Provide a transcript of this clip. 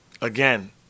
again